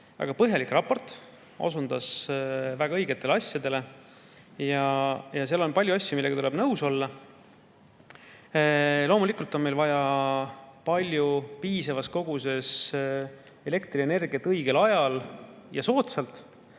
väga põhjalik raport, osundab väga õigetele asjadele ja seal on palju asju, millega tuleb nõus olla. Loomulikult on meil vaja piisavas koguses elektrienergiat õigel ajal ja soodsalt,